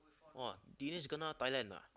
!wah! Denis kena Thailand ah